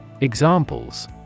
Examples